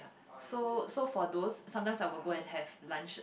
so so for those sometimes I will go and have lunch